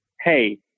hey